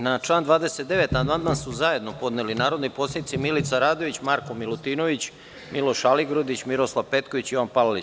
Na član 29. amandman su zajedno podneli narodni poslanici Milica Radović, Marko Milutinović, Miloš Aligrudić, Miroslav Petković i Jovan Palalić.